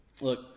Look